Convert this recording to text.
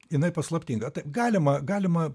jinai paslaptinga taip galima galima